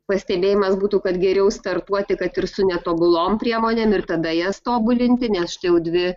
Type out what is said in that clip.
pastebėjimas būtų kad geriau startuoti kad ir su netobulom priemonėm ir tada jas tobulinti nes štai jau dvi